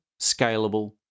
scalable